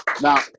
Now